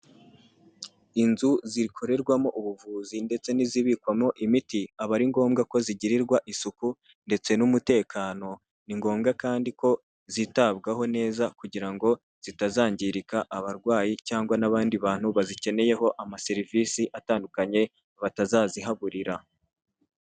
Inzu zikorerwamo ubuvuzi ndetse n'izibikwamo imiti aba ari ngombwa ko zigirirwa isuku ndetse n'umutekano. Ni ngombwa kandi ko zitabwaho neza kugira ngo zitazangirika abarwayi cyangwa n'abandi bantu bazikeneyeho amaserivisi atandukanye batazazihaburira.